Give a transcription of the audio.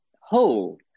whole